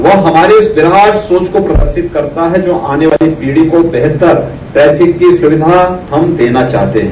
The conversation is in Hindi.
वह हमारे उस व्यवहार सोच को प्रदर्शित करता है जो आने वाली पीढ़ी को बेहतर ट्रैफिक की सुविधा हम देना चाहते है